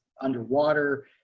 underwater